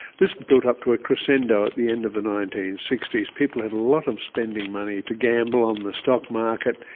this built up to a crescendo at the end of the nineteen sixty s. people had a lot of spending money to gamble on the stock market,